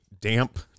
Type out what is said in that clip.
damp